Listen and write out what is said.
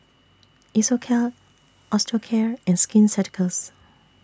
Isocal Osteocare and Skin Ceuticals